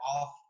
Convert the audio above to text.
off